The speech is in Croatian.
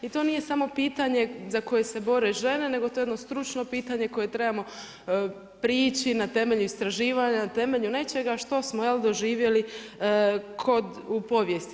I to nije samo pitanje za koje se bore žene, nego to je jedno stručno pitanje koje trebamo priči na temelju istraživanja, na temelju nečega što smo doživjeli kod, u povijesti.